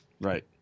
right